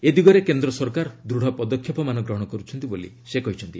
ଏ ଦିଗରେ କେନ୍ଦ୍ର ସରକାର ଦୂଢ଼ ପଦକ୍ଷେପମାନ ଗ୍ରହଣ କର୍ରଛନ୍ତି ବୋଲି ସେ କହିଛନ୍ତି